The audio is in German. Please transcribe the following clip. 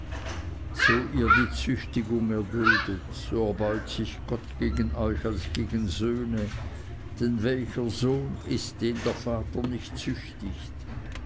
so ihr die züchtigung erduldet so erbeut sich gott gegen euch als gegen söhne denn welcher sohn ist den der vater nicht züchtigt